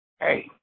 Hey